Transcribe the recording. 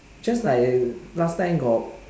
just like last time got